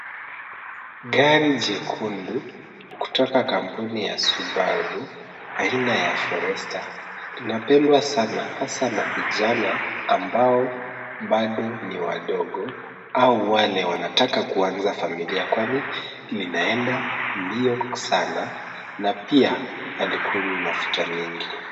Gari jekundu kutoka kampuni ya Subaru, aina ya Forester, linapendwa sana hasa na vijana ambao bado ni wadogo, au walewanataka kuanza familia kwani linaenda mbio sana na pia halikunywi mafuta nyingi.